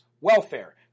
welfare